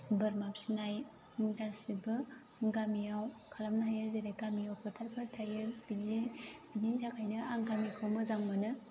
बोरमा फिनाय गासिबो गामियाव खालामनो हायो जेरै गामियाव फोथारफोर थायो बिदिनो बिनि थाखायनो आं गामिखौ मोजां मोनो